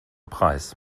preis